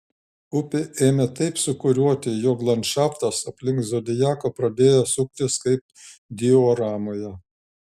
upė ėmė taip sūkuriuoti jog landšaftas aplink zodiaką pradėjo suktis kaip dioramoje